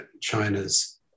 China's